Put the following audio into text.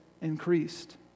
increased